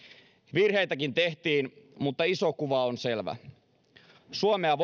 virheitäkin tehtiin mutta iso kuva on selvä suomea